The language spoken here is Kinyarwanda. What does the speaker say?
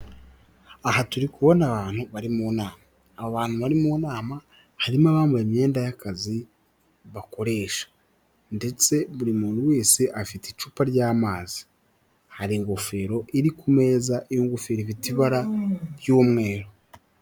Aha turi kubona abantu bari mu nama, aba bantu bari mu nama harimo abambaye imyenda y'akazi bakoresha ndetse buri muntu wese afite icupa ry'amazi, hari ingofero iri ku meza iyo ngofero ifiteta ibara ry'umweru.